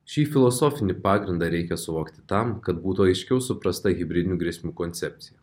šį filosofinį pagrindą reikia suvokti tam kad būtų aiškiau suprasta hibridinių grėsmių koncepcija